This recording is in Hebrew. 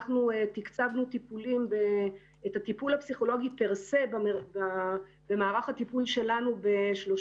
תקצבנו את הטיפול הפסיכולוגי פר סה במערך הטיפול שלנו ב-3